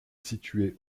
situées